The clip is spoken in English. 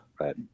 right